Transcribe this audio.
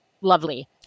lovely